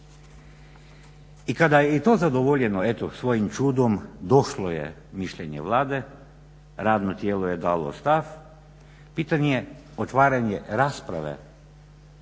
I kada je i to zadovoljeno eto svojim čudom došlo je mišljenje Vlade, radno tijelo je dalo stav, pitanje je otvaranje rasprave